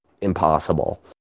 impossible